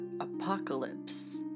Apocalypse